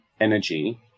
energy